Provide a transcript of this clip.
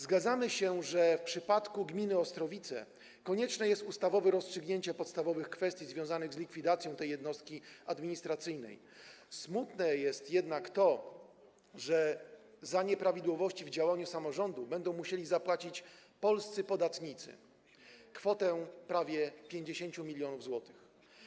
Zgadzamy się, że w przypadku gminy Ostrowice konieczne jest ustawowe rozstrzygnięcie podstawowych kwestii związanych z likwidacją tej jednostki administracyjnej, smutne jest jednak to, że za nieprawidłowości w działaniu samorządu będą musieli zapłacić polscy podatnicy kwotę prawie 50 mln zł.